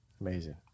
Amazing